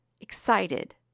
Excited